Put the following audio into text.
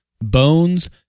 Bones